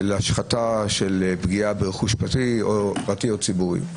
השחתה ושל פגיעה ברכוש פרטי או ציבורי.